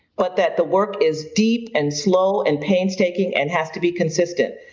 but that the work is deep and slow and painstaking and has to be consistent,